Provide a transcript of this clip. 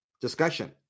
discussion